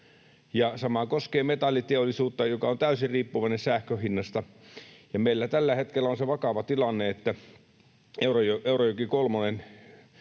Ja sama koskee metalliteollisuutta, joka on täysin riippuvainen sähkön hinnasta. Meillä tällä hetkellä on se vakava tilanne, että Eurajoen